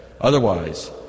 Otherwise